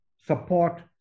support